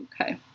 Okay